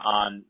on